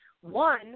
one